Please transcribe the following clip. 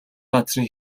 газрын